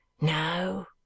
No